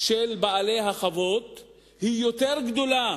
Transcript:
של בעלי החוות היא יותר גדולה,